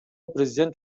президент